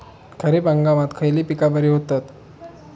खरीप हंगामात खयली पीका बरी होतत?